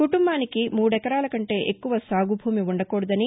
కుటుంబానికి మూడెకరాల కంటే ఎక్కువ సాగు భూమి ఉండకూడదని